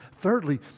Thirdly